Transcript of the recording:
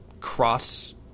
cross